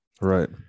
right